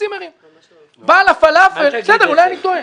אולי אני טועה.